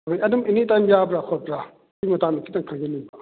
ꯑꯩꯈꯣꯏ ꯑꯗꯨꯝ ꯑꯦꯅꯤꯇꯥꯏꯝ ꯌꯥꯕ꯭ꯔꯥ ꯈꯣꯠꯕ꯭ꯔꯥ ꯑꯗꯨꯏ ꯃꯇꯥꯡꯗ ꯈꯤꯇꯪ ꯈꯪꯖꯅꯤꯡꯕ